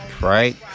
Right